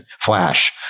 Flash